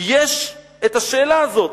יש השאלה הזאת: